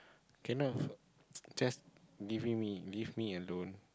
cannot just leaving me leave me alone